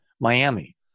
Miami